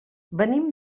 venim